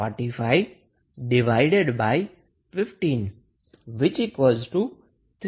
આમ current 𝐼𝑠 Is 4515 3A હોવો જોઈએ